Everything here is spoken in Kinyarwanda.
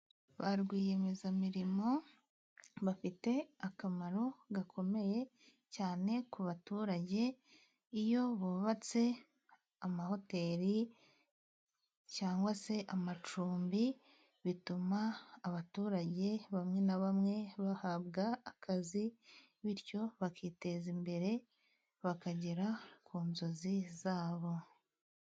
Ba rwiyemezamirimo bafite akamaro gakomeye. Cyane ku baturage iyo bubatse amahoteli cyangwa se amacumbi bituma abaturage bamwe na bamwe bahabwa akazi bityo bakiteza imbere bakagera ku nzozi zabo.